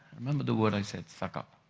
remember the word i said, suck up.